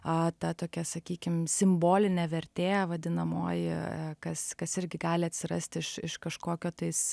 a ta tokia sakykim simbolinė vertė vadinamoji kas kas irgi gali atsirasti iš iš kažkokio tais